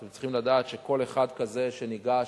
אתם צריכים לדעת שכל אחד כזה שניגש,